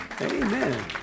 Amen